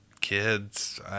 kids